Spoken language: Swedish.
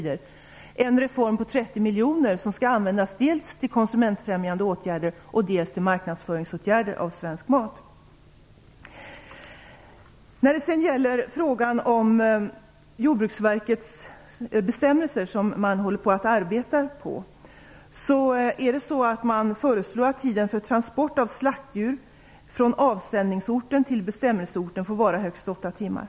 Det är en reform på 30 miljoner som skall användas dels till konsumentfrämjande åtgärder dels till åtgärder för marknadsföring av svensk mat. I Jordbruksverkets bestämmelser, som man nu arbetar på, föreslår man att tiden för transport av slaktdjur från avsändningsorten till bestämmelseorten får vara högst 8 timmar.